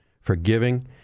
forgiving